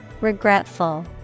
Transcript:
Regretful